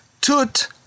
Tut